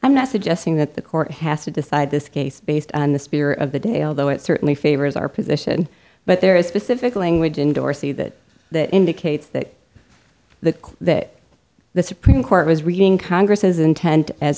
i'm not suggesting that the court has to decide this case based on the spirit of the day although it certainly favors our position but there is specific language in dorsey that that indicates that the that the supreme court was reading congress's intent as